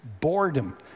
boredom